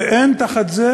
ואין תחת זה